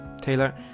Taylor